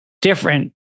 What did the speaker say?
different